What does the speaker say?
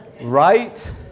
right